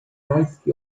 rajski